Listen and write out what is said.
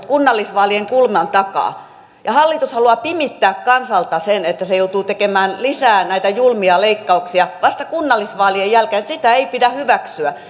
kunnallisvaalien kulman takaa ja hallitus haluaa pimittää kansalta sen että se joutuu tekemään lisää näitä julmia leikkauksia vasta kunnallisvaalien jälkeen sitä ei pidä hyväksyä